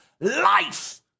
life